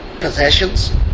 possessions